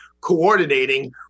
coordinating